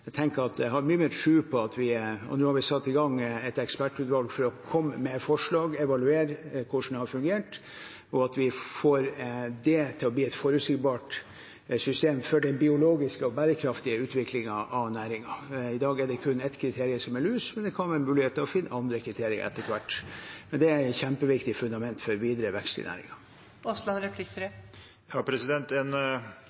Jeg har mye mer tro på det – nå har vi satt i gang et ekspertutvalg for å komme med forslag og evaluere hvordan det har fungert – og at vi får det til å bli et forutsigbart system for den biologiske og bærekraftige utviklingen av næringen. I dag er det kun ett kriterium, som er lus, men det kan være mulig å finne andre kriterier etter hvert. Men det er et kjempeviktig fundament for videre vekst i